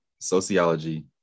sociology